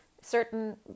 certain